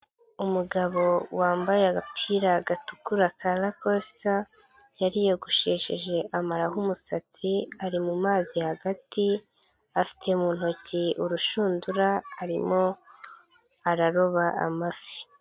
Umugabo wambaye agapira gatukura ka lakosita, yariyogoshesheje amararaho umusatsi, ari mu mazi hagati, afite mu ntoki urushundura arimo araroba amafi.